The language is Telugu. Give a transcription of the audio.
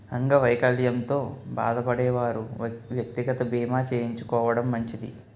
అంగవైకల్యంతో బాధపడే వారు వ్యక్తిగత బీమా చేయించుకోవడం మంచిది